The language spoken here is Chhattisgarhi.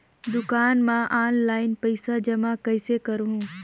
दुकान म ऑनलाइन पइसा जमा कइसे करहु?